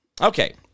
Okay